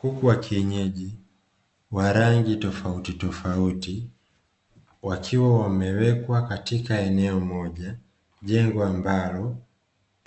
Kuku wa kienyeji, wa rangi tofautitofuti wakiwa wamewekwa katika eneo moja. Jengo ambalo